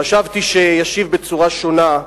חשבתי שישיב בצורה שונה.